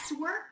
work